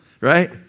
right